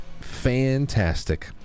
fantastic